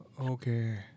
Okay